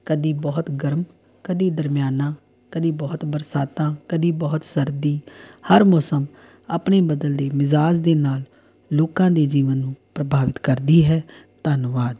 ਕਦੇ ਬਹੁਤ ਗਰਮ ਕਦੇ ਦਰਮਿਆਨਾ ਕਦੇ ਬਹੁਤ ਬਰਸਾਤਾਂ ਕਦੇ ਬਹੁਤ ਸਰਦੀ ਹਰ ਮੌਸਮ ਆਪਣੀ ਬਦਲਦੀ ਮਿਜ਼ਾਜ ਦੇ ਨਾਲ ਲੋਕਾਂ ਦੇ ਜੀਵਨ ਨੂੰ ਪ੍ਰਭਾਵਿਤ ਕਰਦੀ ਹੈ ਧੰਨਵਾਦ